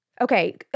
okay